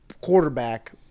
quarterback